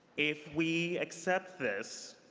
if we accept this,